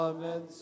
Amen